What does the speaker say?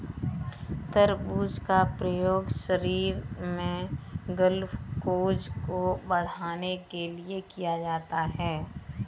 तरबूज का प्रयोग शरीर में ग्लूकोज़ को बढ़ाने के लिए किया जाता है